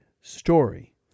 story